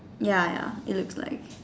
ya ya it looks like